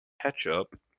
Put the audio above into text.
ketchup